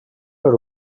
per